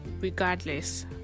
regardless